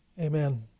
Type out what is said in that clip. Amen